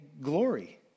glory